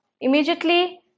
immediately